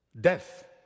death